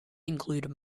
include